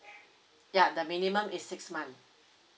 ya the minimum is six month